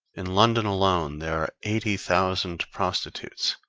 in london alone there are eighty thousand prostitutes.